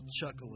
chuckling